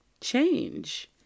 change